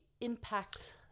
impact